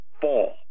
fall